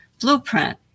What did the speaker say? blueprint